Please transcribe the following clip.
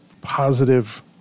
positive